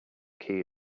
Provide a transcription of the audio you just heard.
key